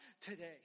today